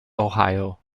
ohio